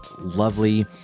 lovely